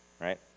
right